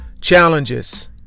challenges